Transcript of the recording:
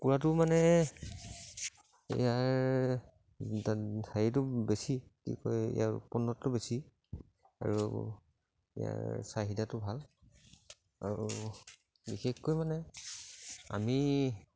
কুকুৰাটো মানে ইয়াৰ হেৰিটো বেছি কি কয় ইয়াৰ উৎপন্নাও বেছি আৰু ইয়াৰ চাহিদাটো ভাল আৰু বিশেষকৈ মানে আমি